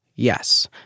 Yes